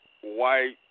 white